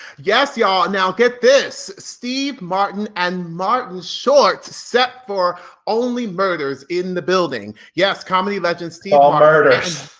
yes y'all, now get this. steve martin and martin short set for only murders in the building. yes, comedy legend, steve all murders.